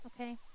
okay